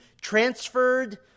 transferred